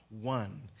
one